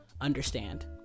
understand